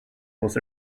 was